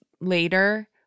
later